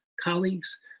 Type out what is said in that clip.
colleagues